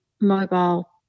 mobile